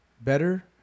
better